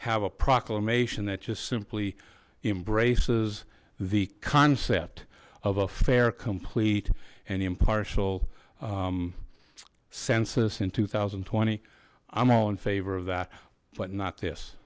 have a proclamation that just simply embraces the concept of a fair complete and impartial census in two thousand and twenty i'm all in favor of that but not this